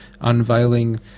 unveiling